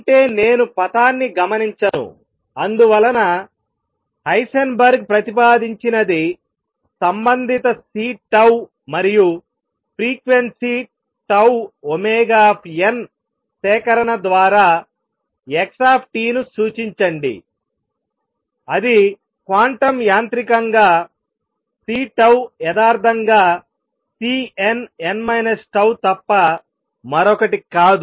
అంటే నేను పథాన్ని గమనించను అందువలన హైసెన్బర్గ్ ప్రతిపాదించినది సంబంధిత C మరియు ఫ్రీక్వెన్సీ τωn సేకరణ ద్వారా x ను సూచించండి అది క్వాంటం యాంత్రికంగా C యదార్ధంగా Cnn τ తప్ప మరొకటి కాదు